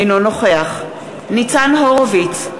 אינו נוכח ניצן הורוביץ,